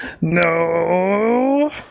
No